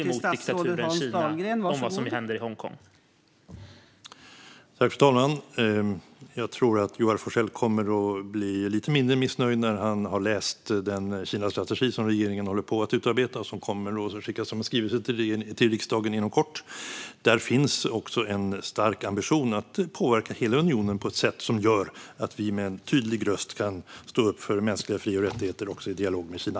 Fru talman! Jag tror att Joar Forssell kommer att bli lite mindre missnöjd när han har läst den Kinastrategi som regeringen håller på att utarbeta, som inom kort kommer att skickas till riksdagen i form av en skrivelse. Där finns också en stark ambition att påverka hela unionen på ett sätt så att vi med en tydlig röst kan stå upp för mänskliga fri och rättigheter också i dialog med Kina.